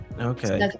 Okay